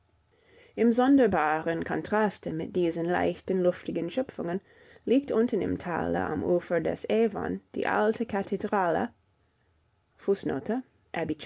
im sonderbaren kontraste mit diesen leichten luftigen schöpfungen liegt unten im tale am ufer des avon die alte kathedrale